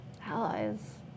allies